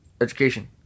education